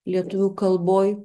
lietuvių kalboj